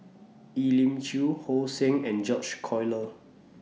Elim Chew So Heng and George Collyer